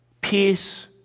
Peace